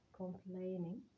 complaining